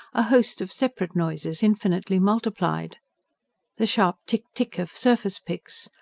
a host of separate noises infinitely multiplied the sharp tick-tick of surface-picks,